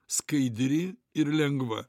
skaidri ir lengva